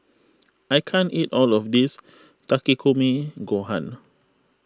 I can't eat all of this Takikomi Gohan